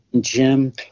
Jim